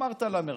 שמרת על מרחק,